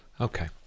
Okay